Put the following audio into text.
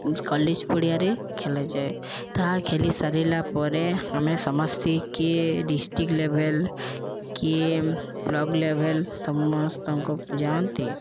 college ପଡ଼ିଆରେ ଖେଲାଯାଏ ତାହା ଖେଲି ସାରିଲା ପରେ ଆମେ ସମସ୍ତେ କିଏ ଡ଼ିଷ୍ଟ୍ରିକ୍ ଲେଭେଲ୍ କିଏ ବ୍ଲକ୍ ଲେଭେଲ୍ ସମସ୍ତଙ୍କ ଯାଆନ୍ତି